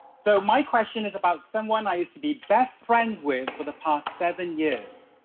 so my question is about someone i used to be best friends with for the past seven years.